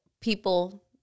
people